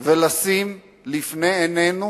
ולשים לפני עינינו